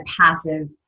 passive